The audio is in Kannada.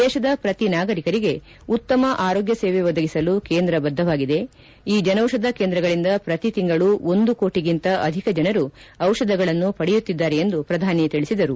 ದೇಶದ ಪ್ರತಿ ನಾಗರಿಕರಿಗೆ ಉತ್ತಮ ಆರೋಗ್ಯ ಸೇವೆ ಒದಗಿಸಲು ಕೇಂದ್ರ ಬದ್ದವಾಗಿದೆ ಈ ಜನೌಷಧ ಕೇಂದ್ರಗಳಿಂದ ಪ್ರತಿ ತಿಂಗಳು ಒಂದು ಕೋಟಗಿಂತ ಅಧಿಕ ಜನರು ಔಷಧಗಳನ್ನು ಪಡೆಯುತ್ತಿದ್ದಾರೆ ಎಂದು ಪ್ರಧಾನಿ ತಿಳಿಸಿದರು